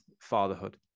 fatherhood